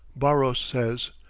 barros says,